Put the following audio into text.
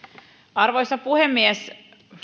arvoisa puhemies